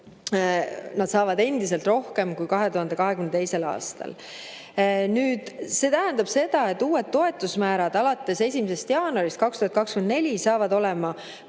Nad saavad endiselt rohkem kui 2022. aastal. See tähendab seda, et uued toetusmäärad alates 1. jaanuarist 2024 saavad olema